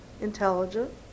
intelligent